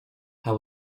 how